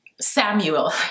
Samuel